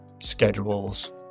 schedules